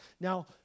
Now